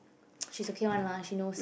she's okay one lah she knows